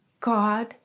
God